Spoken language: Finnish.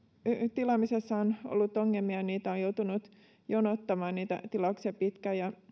tilaamisessa on ollut ongelmia tilauksia on joutunut jonottamaan pitkään ja